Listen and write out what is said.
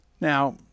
Now